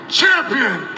champion